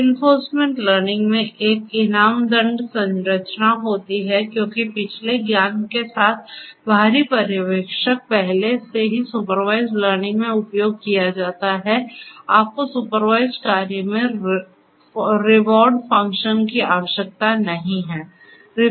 reinforcement learning में एक इनाम दंड संरचना होती है क्योंकि पिछले ज्ञान के साथ बाहरी पर्यवेक्षक पहले से ही सुपरवाइज्ड लर्निंग में उपयोग किया जाता है आपको सुपरवाइज्ड कार्य में रिवॉर्ड फंक्शन की आवश्यकता नहीं है